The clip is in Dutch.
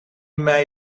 mij